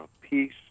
peace